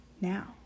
now